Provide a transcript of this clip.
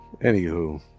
Anywho